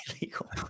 illegal